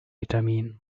vitamin